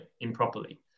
improperly